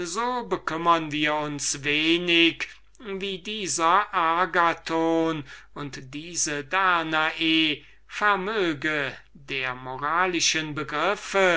bekümmern wir uns wenig wie dieser agathon und diese danae vermöge der moralischen begriffe